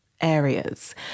areas